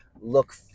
look